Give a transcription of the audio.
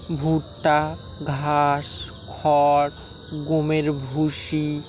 ভুট্টা ঘাস খড় গমের ভুসি